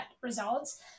results